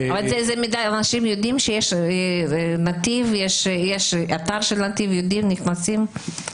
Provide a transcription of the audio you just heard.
אנשים יודעים שיש נתיב, שיש אתר של נתיב, נכנסים?